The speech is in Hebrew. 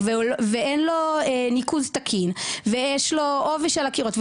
ואין לו ניקוז תקין ויש לו עובש על הקירות,